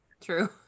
True